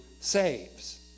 saves